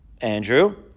Andrew